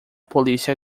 polícia